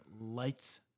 lights